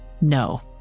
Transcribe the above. No